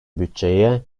bütçeye